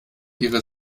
ihre